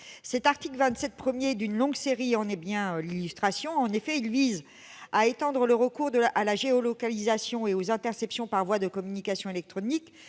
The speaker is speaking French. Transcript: Cet article 27, premier d'une longue série, en est bien l'illustration. Il vise à étendre le recours à la géolocalisation et aux interceptions par voie de communication électronique,